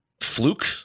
Fluke